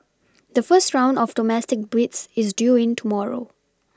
the first round of domestic bids is due in tomorrow